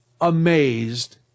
amazed